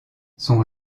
son